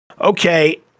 okay